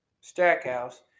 Stackhouse